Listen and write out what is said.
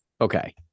Okay